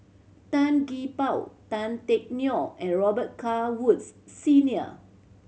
Tan Gee Paw Tan Teck Neo and Robet Carr Woods Senior